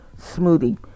smoothie